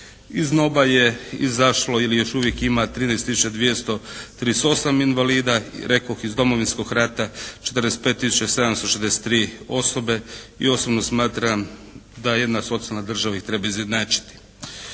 je izašlo ili još uvijek ima 13 tisuća 238 invalida, rekoh iz Domovinskog rata 45 tisuća 763 osobe i osobno smatram da jedna socijalna država ih treba izjednačiti.